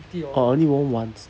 oh I only won once